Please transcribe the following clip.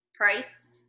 price